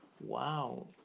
wow